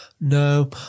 no